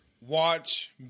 Watch